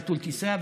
ביטול טיסה,